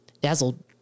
Dazzled